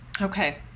Okay